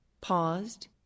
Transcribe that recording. paused